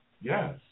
Yes